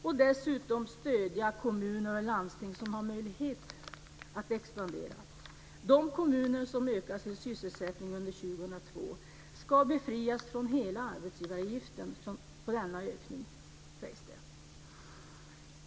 Man ska också stödja kommuner och landsting som har möjlighet att expandera. 2002 ska befrias från hela arbetsgivaravgiften på denna ökning, sägs det.